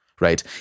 Right